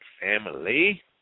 family